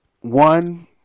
one